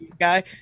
guy